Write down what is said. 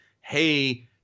hey